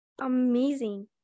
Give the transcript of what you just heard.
amazing